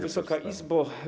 Wysoka Izbo!